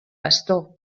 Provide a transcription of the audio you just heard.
bastó